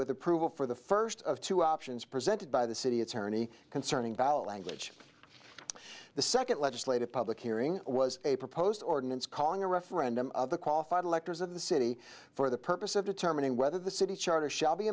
with approval for the first of two options presented by the city attorney concerning ballot language the second legislative public hearing was a proposed ordinance calling a referendum of the qualified electors of the city for the purpose of determining whether the city charter sha